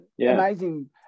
amazing